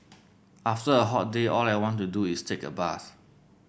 after a hot day all I want to do is take a bath